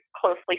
closely